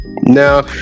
Now